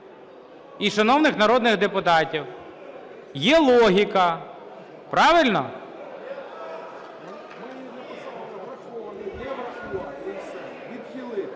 і шановних народних депутатів… Є логіка, правильно,